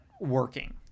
working